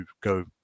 go